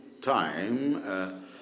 time